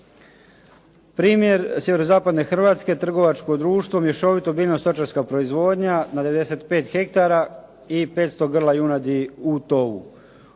Hrvatske trgovačko društvo, mješovita biljno-stočarska proizvodnja na 95 ha i 500 grla junadi u tovu.